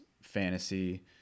fantasy